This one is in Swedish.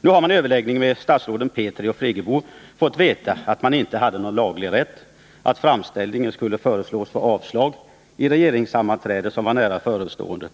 Nu har kommunens representanter vid överläggning med statsråden Petri och Friggebo fått veta att kommunen inte har någon laglig rätt och att kommunens framställning skulle föreslås få avslag vid ett regeringssammanträde som var nära förestående.